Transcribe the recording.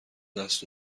دست